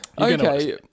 okay